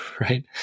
right